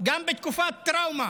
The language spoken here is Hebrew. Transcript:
גם בתקופת טראומה,